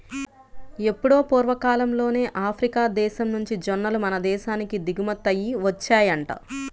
ఎప్పుడో పూర్వకాలంలోనే ఆఫ్రికా దేశం నుంచి జొన్నలు మన దేశానికి దిగుమతయ్యి వచ్చాయంట